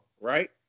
right